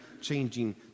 changing